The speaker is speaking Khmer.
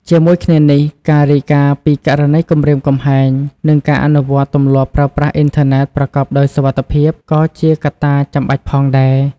ជាមួយគ្នានេះ ការរាយការណ៍ពីករណីគំរាមកំហែង និងការអនុវត្តទម្លាប់ប្រើប្រាស់អ៊ីនធឺណិតប្រកបដោយសុវត្ថិភាព ក៏ជាកត្តាចាំបាច់ផងដែរ។